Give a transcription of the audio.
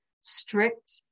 strict